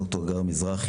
ד"ר הגר מזרחי,